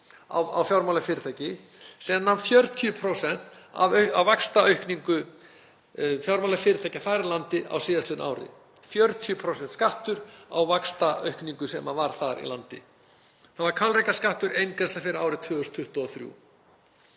á fjármálafyrirtæki sem nam 40% af vaxtaaukningu fjármálafyrirtækja þar í landi á síðastliðnu ári, 40% skattur á vaxtaaukningu sem var þar í landi. Það var hvalrekaskattur, eingreiðsla fyrir árið 2023.